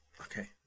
Okay